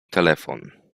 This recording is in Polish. telefon